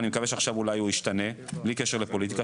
ואני מקווה שעכשיו הוא ישתנה בלי קשר לפוליטיקה,